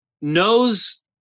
knows